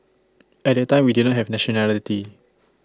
at that time we didn't have nationality